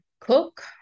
cook